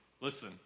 Listen